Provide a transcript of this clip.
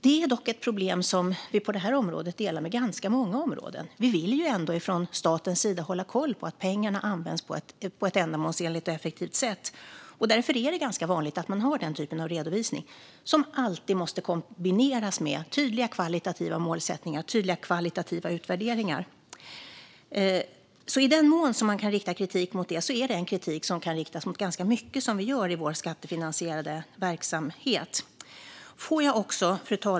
Det är dock ett problem på det här området som delas med ganska många områden. Vi vill ju från statens sida hålla koll på att pengarna används på ett ändamålsenligt och effektivt sätt. Därför är det ganska vanligt att man har den typen av redovisning, som alltid måste kombineras med tydliga högkvalitativa målsättningar och utvärderingar. I den mån man kan rikta kritik mot detta är det en kritik som kan riktas mot ganska mycket som vi gör i vår skattefinansierade verksamhet.